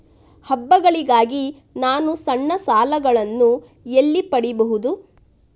ಹಬ್ಬಗಳಿಗಾಗಿ ನಾನು ಸಣ್ಣ ಸಾಲಗಳನ್ನು ಎಲ್ಲಿ ಪಡಿಬಹುದು?